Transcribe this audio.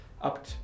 up